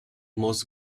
moss